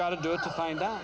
got to do it to find out